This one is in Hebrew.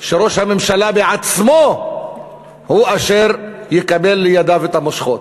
שראש הממשלה בעצמו הוא אשר יקבל לידיו את המושכות.